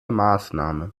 maßnahme